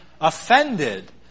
offended